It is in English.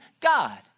God